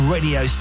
Radio